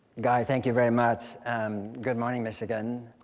guy, thank you very much. and good morning, michigan.